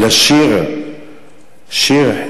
לשיר שיר,